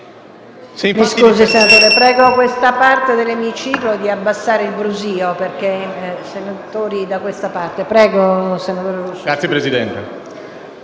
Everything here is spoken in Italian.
Grazie, Presidente.